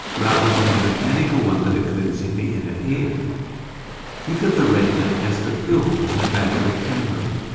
rather than the mechanical one that occurs in the inner ear think of the retina as the film in the back of a camera.